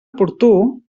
oportú